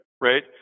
right